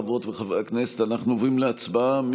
חברות וחברי הכנסת, אנחנו עוברים להצבעה.